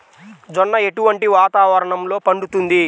జొన్న ఎటువంటి వాతావరణంలో పండుతుంది?